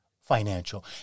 financial